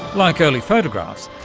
like early photographs,